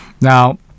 Now